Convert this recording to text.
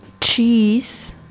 cheese